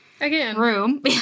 room